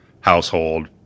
household